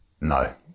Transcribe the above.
No